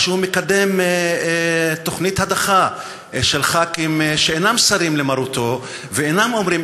שהוא מקדם תוכנית הדחה של חברי כנסת שאינם סרים למרותו ואינם אומרים